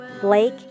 Blake